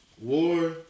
war